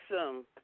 awesome